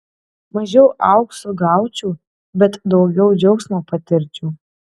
mažiau aukso gaučiau bet daugiau džiaugsmo patirčiau